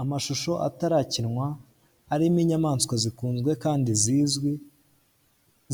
Amashusho atarakinwa arimo inyamaswa zikunzwe kandi zizwi